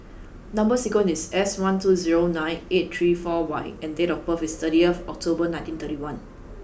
number sequence is S one two zero nine eight three four Y and date of birth is thirty October nineteen thirty one